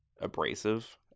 abrasive